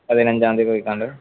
പതിനഞ്ചാം തീയതിക്ക്